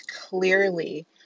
clearly